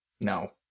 No